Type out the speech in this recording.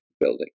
building